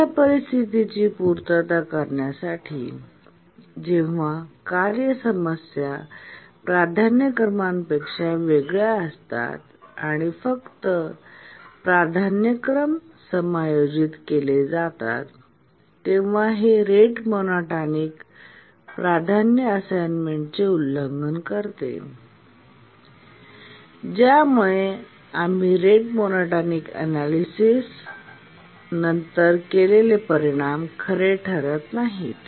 अशा परिस्थितीची पूर्तता करण्यासाठी जेव्हा कार्य समस्या प्राधान्यक्रमांपेक्षा वेगळ्या असतात आणि फक्त प्राधान्यक्रम समायोजित केले जातात तेव्हा हे रेट मोनोटॉनिक प्राधान्य असाइनमेंटचे उल्लंघन करते ज्यामुळे आम्ही रेट मोनोटॉनिक अनैलिसिस नंतर केलेले परिणाम खरे ठरणार नाहीत